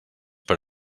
per